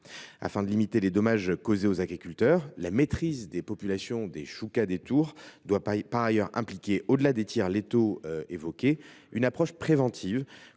Afin de limiter les dommages causés aux agriculteurs, la maîtrise des populations de choucas des tours doit par ailleurs impliquer, au delà des tirs létaux, une approche préventive,